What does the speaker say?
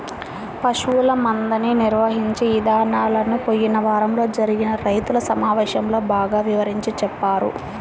పశువుల మందని నిర్వహించే ఇదానాలను పోయిన వారంలో జరిగిన రైతు సమావేశంలో బాగా వివరించి చెప్పారు